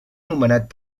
nomenat